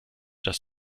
das